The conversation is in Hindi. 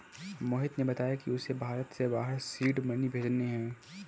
मोहिश ने बताया कि उसे भारत से बाहर सीड मनी भेजने हैं